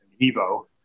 Evo